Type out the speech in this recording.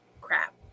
crap